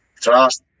trust